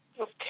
Okay